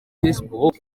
facebook